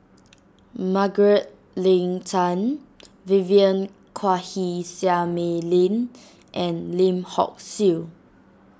Margaret Leng Tan Vivien Quahe Seah Mei Lin and Lim Hock Siew